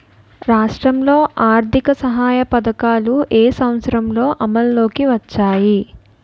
రాష్ట్రంలో ఆర్థిక సహాయ పథకాలు ఏ సంవత్సరంలో అమల్లోకి వచ్చాయి?